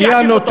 אותו.